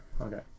Okay